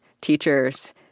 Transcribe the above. teachers